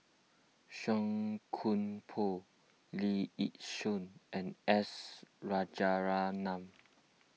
Song Koon Poh Lee Yi Shyan and S Rajaratnam